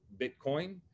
Bitcoin